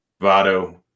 Vado